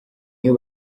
iyo